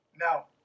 Now